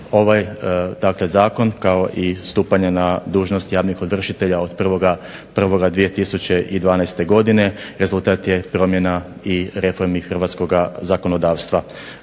dakle zakon kao i stupanje na dužnost javnih ovršitelja od 01.01.2012. godine rezultat je promjena i reformi hrvatskoga zakonodavstva.